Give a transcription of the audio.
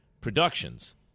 productions